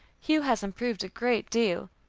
hugh has improved a great deal,